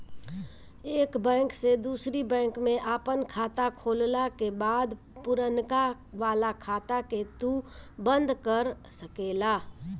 एक बैंक से दूसरी बैंक में आपन खाता खोलला के बाद पुरनका वाला खाता के तू बंद कर सकेला